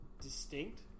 distinct